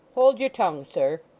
hold your tongue, sir